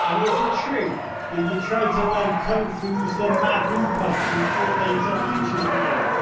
i mean, is it true that you tried to learn kung fu's the ma bu punch in four days of youtube videos?